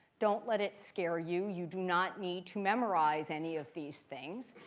don't let it scare you. you do not need to memorize any of these things.